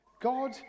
God